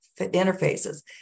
interfaces